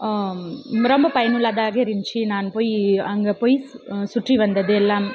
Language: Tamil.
ரொம்ப பயனுள்ளதாக இருந்துச்சு நான் போய் அங்க போய் சுற்றி வந்தது எல்லாம்